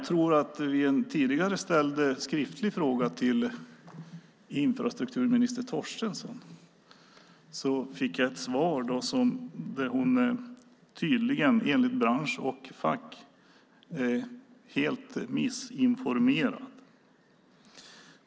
På en tidigare ställd skriftlig fråga till infrastrukturminister Torstensson fick jag ett svar där det visade sig att hon tydligen, enligt bransch och fack, är helt felinformerad.